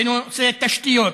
בנושא תשתיות,